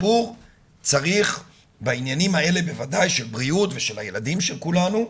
בוודאי בעניינים האלה של בריאות ושל הילדים של כולנו,